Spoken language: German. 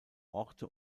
orte